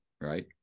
right